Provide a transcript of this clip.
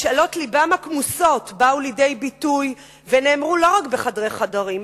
משאלות לבם הכמוסות באו לידי ביטוי ונאמרו לא רק בחדרי חדרים,